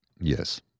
Yes